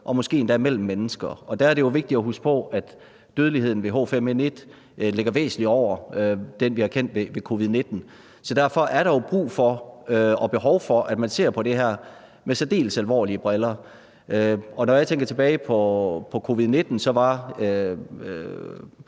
og måske endda mellem mennesker. Og der er det jo vigtigt at huske på, at dødeligheden ved H5N1 ligger væsentlig over den, vi har kendt ved covid-19. Så derfor er der jo behov for, at man ser særdeles alvorligt på det her. Når jeg tænker tilbage på covid-19, var